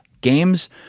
Games